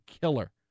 killer